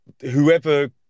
whoever